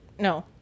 No